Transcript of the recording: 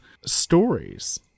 stories